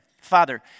Father